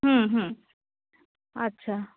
হুম হুম আচ্ছা